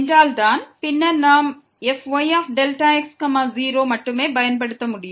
அப்போது தான் fyΔx0ஐ பயன்படுத்த முடியும்